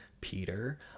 peter